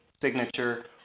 signature